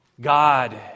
God